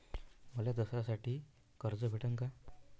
मले दसऱ्यासाठी कर्ज भेटन का?